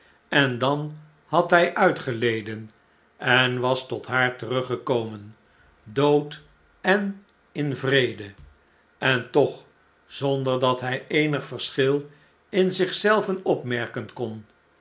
en dan had hjj uitgeleden en was tot haar teruggekomen dood en in vrede en toch zonder dat hij eenig verschil in zich zelven opmerken kon